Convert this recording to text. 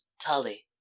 Tully